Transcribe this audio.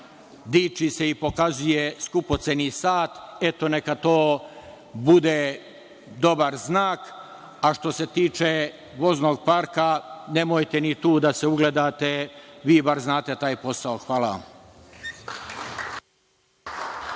diči i pokazuje skupoceni sat. Eto, neka to bude dobar znak. Što se tiče voznog parka, nemojte ni tu da se ugledate. Vi bar znate taj posao. Hvala.